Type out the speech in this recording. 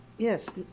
Yes